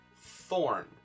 thorn